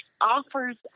offers